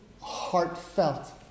heartfelt